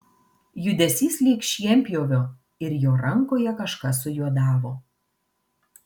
judesys lyg šienpjovio ir jo rankoje kažkas sujuodavo